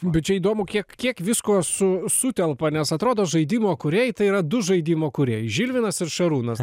bet čia įdomu kiek kiek visko su sutelpa nes atrodo žaidimo kūrėjai tai yra du žaidimo kūrėjai žilvinas ir šarūnas